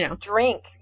drink